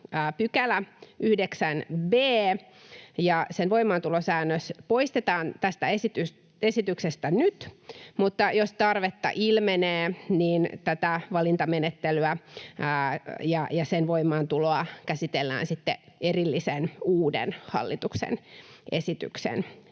9 b § ja sen voimaantulosäännös poistetaan tästä esityksestä nyt, mutta jos tarvetta ilmenee, tätä valintamenettelyä ja sen voimaantuloa käsitellään sitten erillisen, uuden hallituksen esityksen